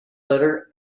letter